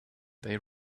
they